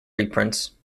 reprints